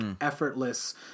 effortless